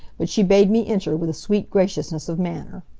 but she bade me enter with a sweet graciousness of manner.